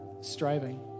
striving